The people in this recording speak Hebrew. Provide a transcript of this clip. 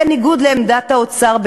בניגוד לעמדת האוצר,